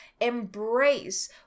embrace